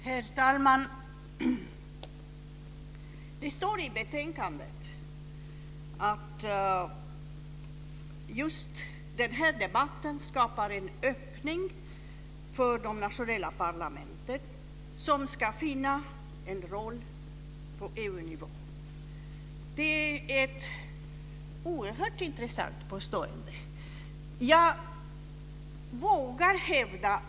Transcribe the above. Herr talman! Det står i betänkandet att denna debatt skapar en öppning för de nationella parlamenten, som ska finna en roll på EU-nivå. Det är ett oerhört intressant påstående.